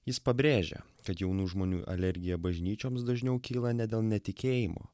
jis pabrėžia kad jaunų žmonių alergija bažnyčioms dažniau kyla ne dėl netikėjimo